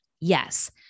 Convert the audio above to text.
Yes